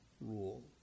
rule